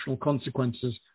consequences